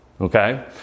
okay